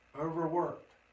overworked